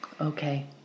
Okay